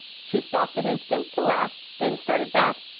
she stopped an instant to laugh, then started back,